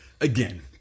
again